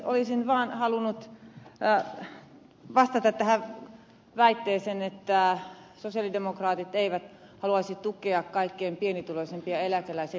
olisin vaan halunnut vastata tähän väitteeseen että sosialidemokraatit eivät haluaisi tukea kaikkein pienituloisimpia eläkeläisiä